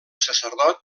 sacerdot